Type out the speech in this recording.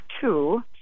two